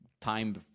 time